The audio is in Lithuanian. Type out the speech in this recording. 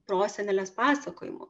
prosenelės pasakojimų